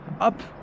up